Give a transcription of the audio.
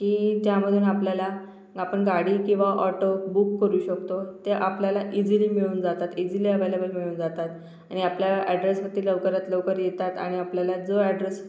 की त्यामधून आपल्याला आपण गाडी किंवा ऑटो बुक करू शकतो ते आपल्याला इजीली मिळून जातात इजीली ॲबलेबल मिळून जातात आणि आपल्या ॲड्रेसवरती लवकरात लवकर येतात आणि आपल्याला जो ॲड्रस